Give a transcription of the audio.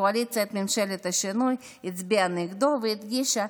קואליציית ממשלת השינוי הצביעה נגדו והדגישה